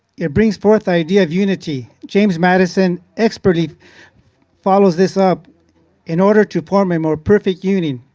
it brings forth idea of unity, james madison expertly follows this up in order to form a more perfect union.